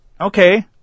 Okay